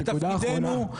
זה תפקידנו,